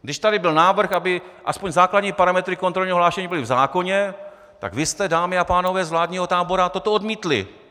Když tady byl návrh, aby aspoň základní parametry kontrolního hlášení byly v zákoně, tak vy jste, dámy a pánové z vládního tábora, toto odmítli!